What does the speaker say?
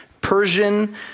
Persian